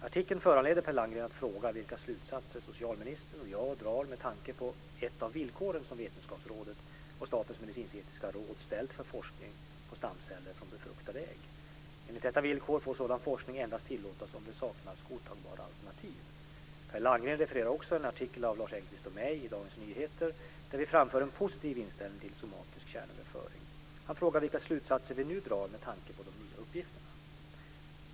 Artikeln föranleder Per Landgren att fråga vilka slutsatser socialministern och jag drar med tanke på ett av villkoren som Vetenskapsrådet och Statens medicinsk-etiska råd ställt för forskning på stamceller från befruktade ägg. Enligt detta villkor får sådan forskning endast tillåtas om det saknas godtagbara alternativ. Per Landgren refererar också en artikel av Lars Engqvist och mig i Dagens Nyheter där vi framför en positiv inställning till somatisk kärnöverföring. Han frågar vilka slutsatser vi nu drar med tanke på de nya uppgifterna.